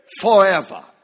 forever